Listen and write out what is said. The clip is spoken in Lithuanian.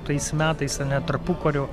tais metais ane tarpukario